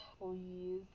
Please